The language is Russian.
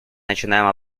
начинаем